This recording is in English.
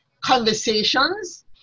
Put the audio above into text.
conversations